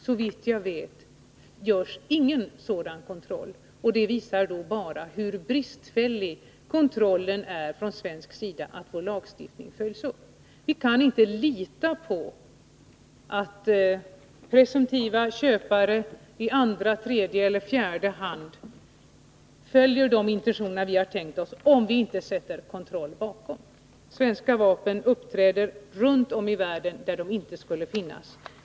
Såvitt jag vet görs ingen sådan kontroll, och det visar bara hur bristfällig kontrollen är från svensk sida av att vår lagstiftning följs upp. Vi kan inte lita på att presumtiva köpare i andra, tredje eller fjärde hand följer de intentioner vi har tänkt oss om vi inte sätter kontroll bakom. Svenska vapen uppträder runt om i världen där de inte skulle finnas.